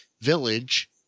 village